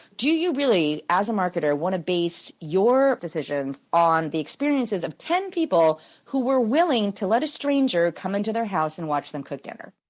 do you really, as a marketer, wanna base your decisions on the experiences of ten people who were willing to let a stranger come into their house and watch them cook dinner?